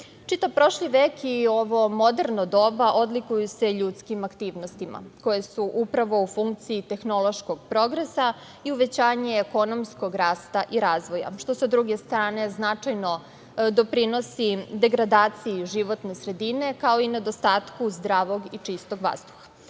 prošli vek i ovo moderno doba odlikuju se ljudskim aktivnostima koje su upravo u funkciji tehnološkog progresa i uvećanja ekonomskog rasta i razvoja, što sa druge strane značajno doprinosi degradaciji životne sredine, kao i nedostatku zdravog i čistog vazduha. Zbog